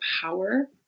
power